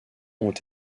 ont